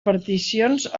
particions